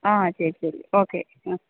ആ ശരി ശരി ഓക്കെ ആ